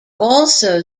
also